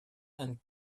and